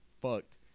fucked